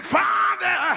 father